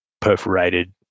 perforated